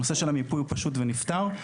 הנושא של המיפוי הוא פשוט ונפתר.